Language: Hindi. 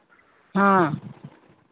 हाँ